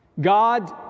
God